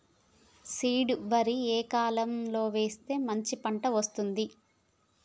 Seed వరి ఏ కాలం లో వేస్తే మంచి పంట వస్తది?